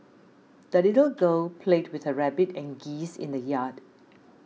the little girl played with her rabbit and geese in the yard